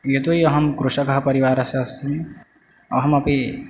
यतो हि अहं कृषकः परिवारस्य अस्मि अहमपि